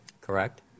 correct